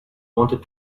wanted